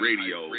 Radio